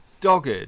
dogged